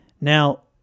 Now